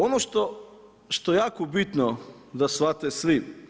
Ono što je jako bitno da shvate svi.